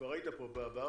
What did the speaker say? כבר היית פה בעבר,